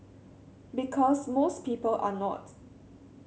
because most people are not